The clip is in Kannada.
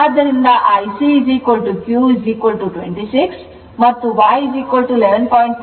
ಆದ್ದರಿಂದ IC q 26 ಮತ್ತು y 11